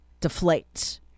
deflates